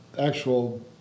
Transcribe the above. actual